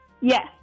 Yes